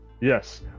yes